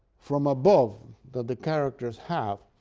from above that the characters have,